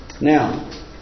Now